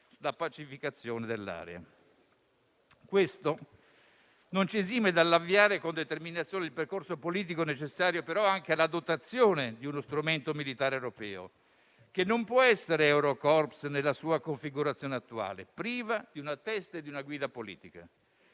la pacificazione dell'area. Questo non ci esime dall'avviare con determinazione il percorso politico necessario, però, anche alla dotazione di uno strumento militare europeo, che non può essere Eurocorps nella sua configurazione attuale, priva di una testa e di una guida politica.